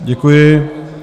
Děkuji.